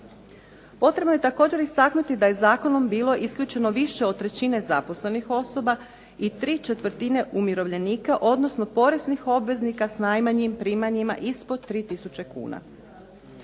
Potrebno je također istaknuti da je zakonom bilo isključeno više od trećine zaposlenih osoba i tri četvrtine umirovljenika, odnosno poreznih obveznika s najmanjim primanjima ispod 3 tisuće kuna.